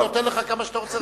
אני נותן לך כמה שאתה רוצה,